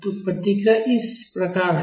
तो प्रतिक्रियाएँ इस प्रकार हैं